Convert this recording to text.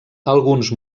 alguns